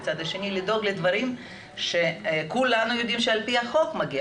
ומצד שני לדאוג לדברים שכולנו יודעים שמגיעים להם על פי החוק.